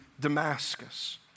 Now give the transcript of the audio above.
Damascus